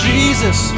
Jesus